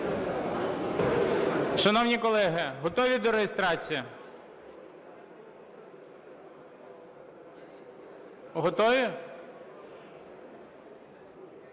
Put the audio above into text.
Шановні колеги, готові до реєстрації? Готові?